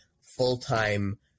full-time